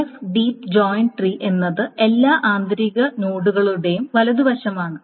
left deep join tree എന്നത് എല്ലാ ആന്തരിക നോഡുകളുടെയും വലതുവശമാണ്